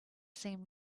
sing